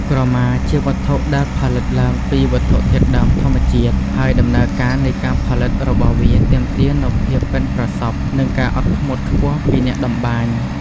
ក្រមាជាវត្ថុដែលផលិតឡើងពីវត្ថុធាតុដើមធម្មជាតិ ហើយដំណើរការនៃការផលិតរបស់វាទាមទារនូវភាពប៉ិនប្រសប់ និងការអត់ធ្មត់ខ្ពស់ពីអ្នកតម្បាញ។